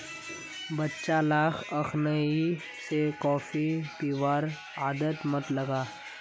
बच्चा लाक अखनइ स कॉफी पीबार आदत मत लगा